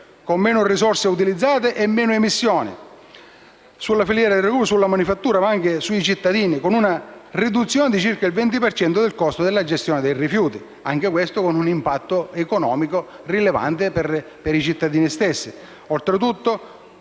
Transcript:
con meno risorse utilizzate e meno emissioni, sulla filiera di recupero, sulla manifattura, ma anche sui cittadini, con una riduzione di circa il 20 per cento del costo di gestione dei rifiuti urbani (anche questo con un impatto economico rilevante per i cittadini stessi).